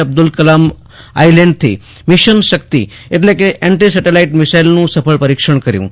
અબ્દુલ કલામ આયલેન્ડથી મિશન શક્તિ એટલે કે એન્ટી સૈટેલાઇટ મિસાઇલનું સફળ પરિક્ષણ કર્યું છે